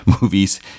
movies